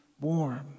warm